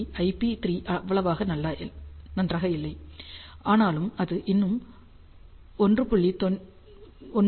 IP 3 அவ்வளவாக நல்லாயில்லை ஆனாலும் இது இன்னும் 1